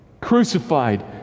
crucified